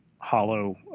hollow